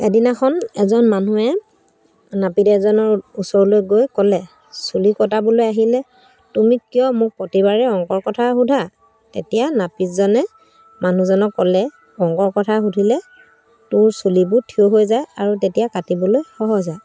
এদিনাখন এজন মানুহে নাপিত এজনৰ ওচৰলৈ গৈ ক'লে চুলি কটাবলৈ আহিলে তুমি কিয় মোক প্ৰতিবাৰে অংকৰ কথা সোধা তেতিয়া নাপিতজনে মানুহজনক ক'লে অংকৰ কথা সুধিলে তোৰ চুলিবোৰ থিয় হৈ যায় আৰু তেতিয়া কাটিবলৈ সহজ হয়